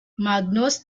magnus